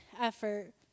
effort